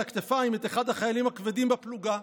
הכתפיים את אחד החיילים הכבדים בפלוגה,